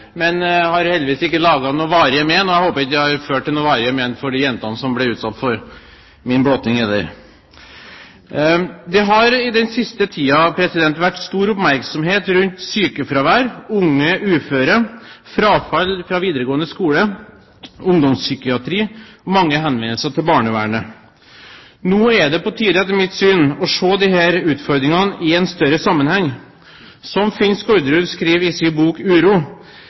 men har heldigvis ikke gitt varig men. Jeg håper det heller ikke har ført til varig men hos de jentene som ble utsatt for min blotting. Det har i den siste tiden vært stor oppmerksomhet rundt sykefravær, unge uføre, frafall fra videregående skole, ungdomspsykiatri og mange henvendelser til barnevernet. Nå er det på tide, etter mitt syn, å se disse utfordringene i en større sammenheng. Som Finn Skårderud skriver i sin bok